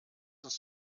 uns